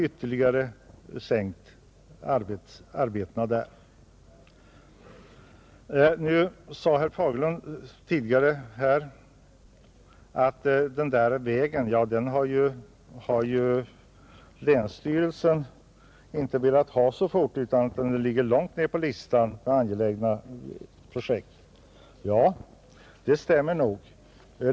Herr Fagerlund sade att ”den där vägen har ju länsstyrelsen inte velat ha så fort, utan den ligger långt ner på listan över angelägna projekt”. Ja, det stämmer nog.